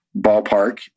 ballpark